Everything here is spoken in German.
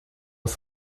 auf